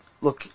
look